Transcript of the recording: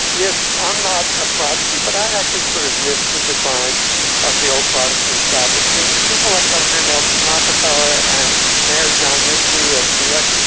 yes. i'm not a protestant, but i actually sort of miss the decline of the old protestant establishment. people like governor nelson rockefeller and mayor john lindsay of new york,